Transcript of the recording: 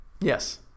Yes